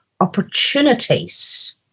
opportunities